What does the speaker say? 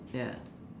ya